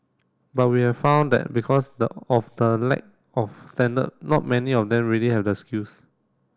but we have found that because the of the lack of standard not many of them really have the skills